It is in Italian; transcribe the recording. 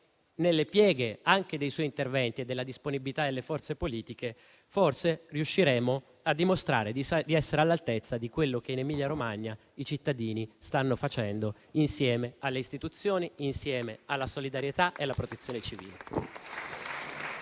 nelle pieghe anche dei suoi interventi e della disponibilità delle forze politiche forse riusciremo a dimostrare di essere all'altezza di quello che in Emilia-Romagna i cittadini stanno facendo, insieme alle istituzioni, alla solidarietà e alla Protezione civile.